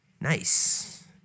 Nice